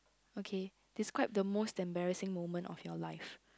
okay describe the most embarrassing moment of your life